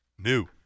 New